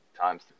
times